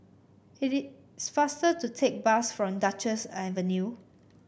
it is faster to take bus from Duchess Avenue